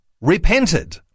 repented